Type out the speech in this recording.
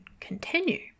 continue